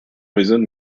raisonne